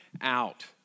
out